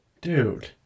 dude